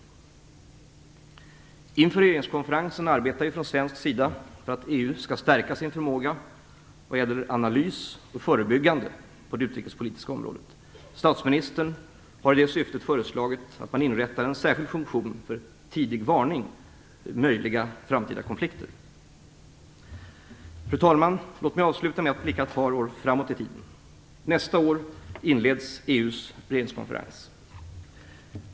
Inför regeringskonferensen arbetar vi från svensk sida för att EU skall stärka sin förmåga vad gäller analys och förebyggande på det utrikespolitiska området. Statsministern har i det syftet föreslagit att man inrättar en särskild funktion för "tidig varning" vid möjliga framtida konflikter. Fru talman! Låt mig avsluta med att blicka ett par år framåt i tiden. Nästa år inleds EU:s regeringskonferens.